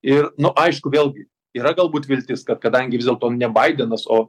ir nu aišku vėlgi yra galbūt viltis kad kadangi vis dėlto ne baidenas o